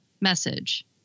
message